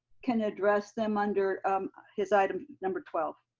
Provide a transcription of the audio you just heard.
can address them under his item number twelve.